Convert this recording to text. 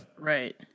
Right